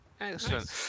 Excellent